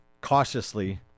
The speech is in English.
cautiously